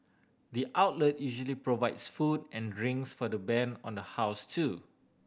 the outlet usually provides food and drinks for the band on the house too